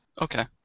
Okay